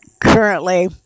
currently